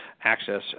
access